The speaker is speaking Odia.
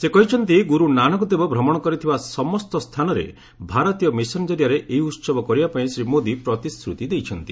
ସେ କହିଛନ୍ତି ଗୁରୁ ନାନକ ଦେବ ଭ୍ରମଣ କରିଥିବା ସମସ୍ତ ସ୍ଥାନରେ ଭାରତୀୟ ମିଶନ୍ ଜରିଆରେ ଏହି ଉତ୍ସବ କରିବା ପାଇଁ ଶ୍ରୀ ମୋଦୀ ପ୍ରତିଶ୍ରତି ଦେଇଛନ୍ତି